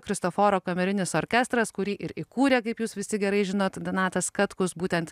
kristoforo kamerinis orkestras kurį ir įkūrė kaip jūs visi gerai žinot donatas katkus būtent